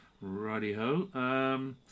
Righty-ho